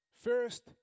First